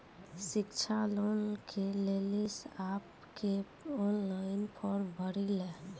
शिक्षा लोन के लिए आप के ऑनलाइन फॉर्म भरी ले?